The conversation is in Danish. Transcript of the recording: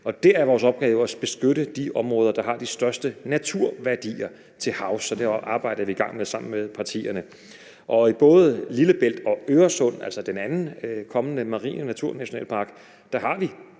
Dét er vores opgave, altså at beskytte de områder, der har de største naturværdier, til havs, og det arbejde er vi i gang med sammen med partierne. I både Lillebælt og Øresund, altså den anden kommende marine naturnationalpark,